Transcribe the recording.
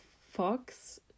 fox